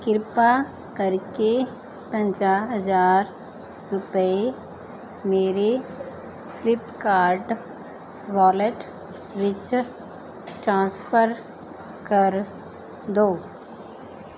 ਕਿਰਪਾ ਕਰਕੇ ਪੰਜਾਹ ਹਜ਼ਾਰ ਰੁਪਏ ਮੇਰੇ ਫਲਿੱਪਕਾਰਟ ਵਾਲੇਟ ਵਿੱਚ ਟ੍ਰਾਂਸਫਰ ਕਰ ਦਿਉ